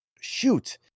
Shoot